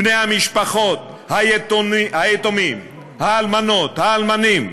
בני המשפחות, היתומים, האלמנות, האלמנים,